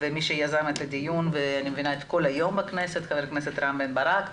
מי שיזם את הדיון ואת כל היום הזה בכנסת הוא ח"כ רם בן ברק.